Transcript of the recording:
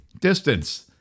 distance